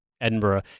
Edinburgh